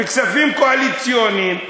וכספים קואליציוניים,